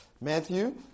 Matthew